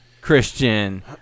Christian